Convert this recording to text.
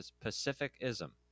pacificism